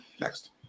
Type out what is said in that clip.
Next